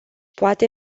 poate